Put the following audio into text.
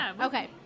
Okay